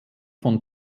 von